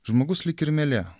žmogus lyg kirmėlė